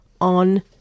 on